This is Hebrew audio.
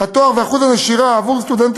הלימודים לתואר ואת אחוז הנשירה של סטודנטים